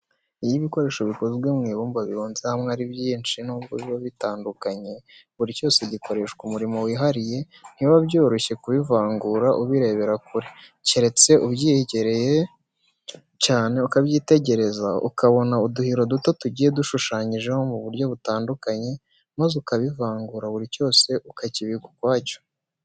Iyo ibikoresho bikozwe mu ibumba birunze hamwe ari byinshi n'ubwo biba bitandukanye, buri cyose gikoreshwa umurimo wihariye, ntibiba byoroshye kubivangura ubirebera kure, keretse ubyegereye cyane ukabyitegereza, ukabona uduhiro duto tugiye dushushanyijeho mu buryo butandukanye, maze ukabivangura buri cyose ukakibika ukwacyo.